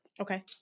Okay